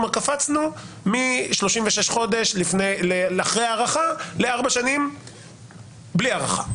כלומר קפצנו מ-36 חודשים לאחרי הארכה לארבע שנים בלי הארכה,